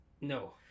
No